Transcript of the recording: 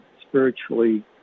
spiritually